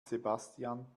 sebastian